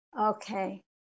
Okay